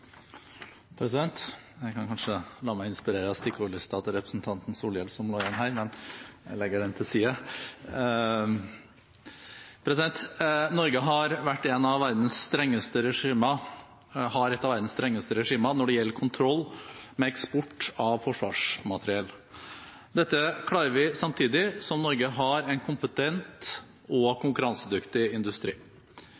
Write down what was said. Jeg kan kanskje la meg inspirere av stikkordslista til representanten Solhjell som ligger igjen her, men jeg legger den til side! Norge har et av verdens strengeste regimer når det gjelder kontroll med eksport av forsvarsmateriell. Dette klarer vi samtidig som Norge har en kompetent og